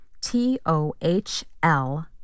t-o-h-l